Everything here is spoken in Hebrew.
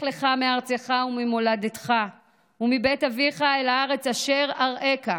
"לך לך מארצך וממולדתך ומבית אביך אל הארץ אשר אראך",